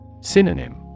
Synonym